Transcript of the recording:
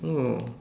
oh